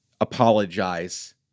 apologize